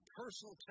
personal